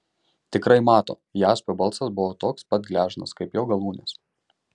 tikrai mato jaspio balsas buvo toks pat gležnas kaip jo galūnės